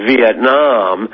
Vietnam